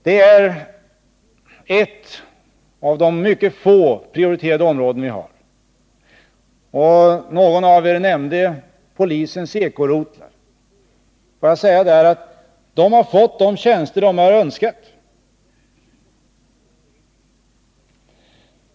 Det är ett av de mycket få prioriterade områden vi har. Någon av er nämnde polisens eko-rotlar. De har fått de tjänster de önskade.